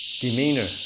demeanor